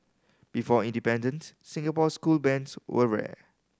before independence Singapore school bands were rare